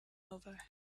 over